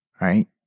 right